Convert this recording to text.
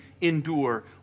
endure